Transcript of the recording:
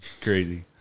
Crazy